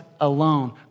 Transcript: alone